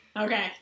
Okay